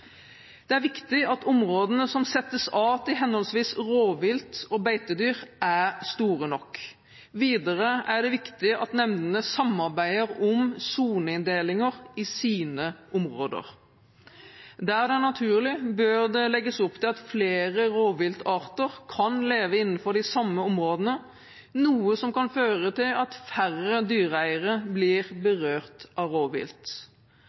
Det er viktig at områdene som settes av til henholdsvis rovvilt og beitedyr, er store nok. Videre er det viktig at nemndene samarbeider om soneinndelinger i sine områder. Der det er naturlig, bør det legges opp til at flere rovviltarter kan leve innenfor de samme områdene, noe som kan føre til at færre dyreeiere blir berørt av rovvilt.